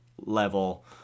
level